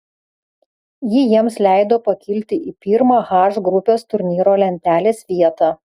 ji jiems leido pakilti į pirmą h grupės turnyro lentelės vietą